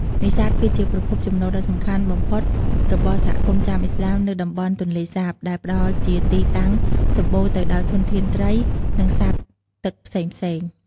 នេសាទ គឺជាប្រភពចំណូលដ៏សំខាន់បំផុតរបស់សហគមន៍ចាមឥស្លាមនៅតំបន់ទន្លេសាប ដែលផ្តល់ជាទីតាំងសម្បូរទៅដោយធនធានត្រី និងសត្វទឹកផ្សេងៗ។